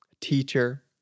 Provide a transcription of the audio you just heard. teacher